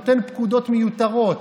נותן פקודות מיותרות,